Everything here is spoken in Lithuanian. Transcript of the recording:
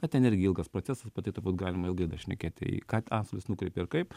bet ten irgi ilgas procesas apie tai turbūt galima ilgai dar šnekėt į ką antstolis nukreipia ir kaip